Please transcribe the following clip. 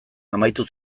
amaitu